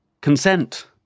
consent